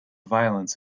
violence